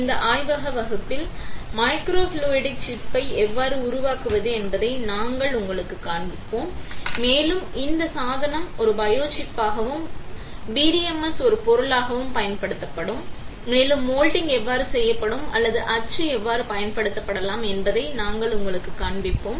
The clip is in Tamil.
இந்த ஆய்வக வகுப்பில் மைக்ரோஃப்ளூய்டிக் சிப்பை எவ்வாறு உருவாக்குவது என்பதை நாங்கள் உங்களுக்குக் காண்பிப்போம் மேலும் இந்த சாதனம் ஒரு பயோசிப்பாகவும் பிடிஎம்எஸ் ஒரு பொருளாகவும் பயன்படுத்தப்படும் மேலும் மோல்டிங் எவ்வாறு செயல்படும் அல்லது அச்சு எவ்வாறு பயன்படுத்தலாம் என்பதை நாங்கள் உங்களுக்குக் காண்பிப்போம்